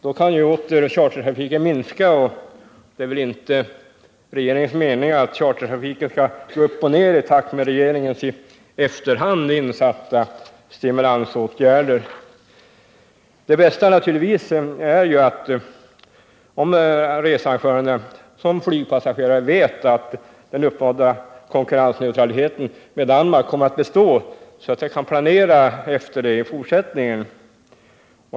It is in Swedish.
Då kan chartertrafiken åter minska, och det är väl inte regeringens mening att chartertrafiken skall gå upp och ned i takt med regeringens i efterhand insatta stimulansåtgärder. Det bästa är naturligtvis om både researrangörerna och flygpassagerarna vet att den uppnådda konkurrensneutraliteten i förhållande till Danmark kommer att bestå, så att de kan planera efter det i fortsättningen.